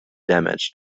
damage